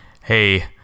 Hey